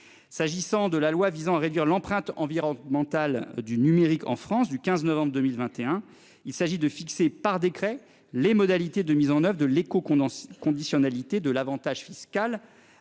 S'agissant de la loi visant à réduire l'empreinte environnementale du numérique en France, du 15 novembre 2021. Il s'agit de fixer par décret les modalités de mise en oeuvre de l'écho qu'on danse conditionnalité de l'Avantage fiscal